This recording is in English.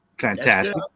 Fantastic